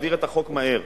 להעביר את החוק מהר.